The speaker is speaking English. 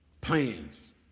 Plans